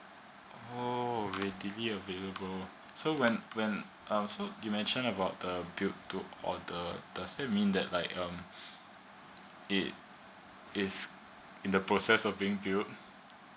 oh readily available so when when um so you mentioned about the built to order does that mean that like um it is in the process of being built